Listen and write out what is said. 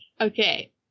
Okay